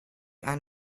and